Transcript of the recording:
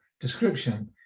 description